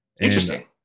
Interesting